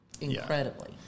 incredibly